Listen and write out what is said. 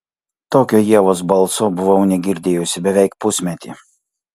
tokio ievos balso buvau negirdėjusi beveik pusmetį